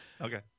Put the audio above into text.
Okay